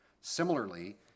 Similarly